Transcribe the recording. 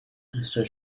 crystal